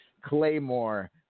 Claymore